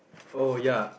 oh ya